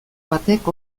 batek